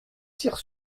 cyr